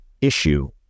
issue